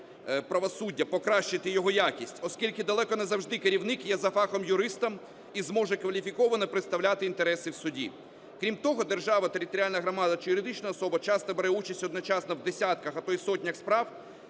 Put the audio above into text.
правосуддя – покращити його якість. Оскільки далеко не завжди керівник є за фахом юристом і зможе кваліфіковано представляти інтереси в суді. Крім того, держава, територіальна громада чи юридична особа часто бере участь одночасно в десятках, а то і сотнях справ,